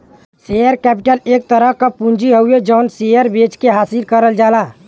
share capital एक तरह क पूंजी हउवे जौन शेयर बेचके हासिल करल जाला